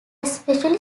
especially